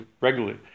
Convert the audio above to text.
regularly